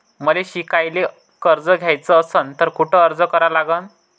मले शिकायले कर्ज घ्याच असन तर कुठ अर्ज करा लागन?